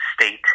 state